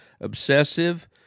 obsessive